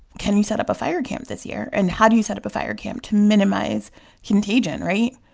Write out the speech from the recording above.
can you set up a fire camp this year? and how do you set up a fire camp to minimize contagion right?